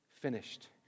finished